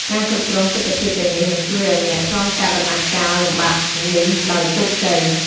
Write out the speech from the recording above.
ការគ្រប់គ្រងទិដ្ឋភាពទាំងនេះនឹងជួយអ្នកឱ្យឆ្លងកាត់ដំណាក់កាលលំបាកនេះដោយជោគជ័យ។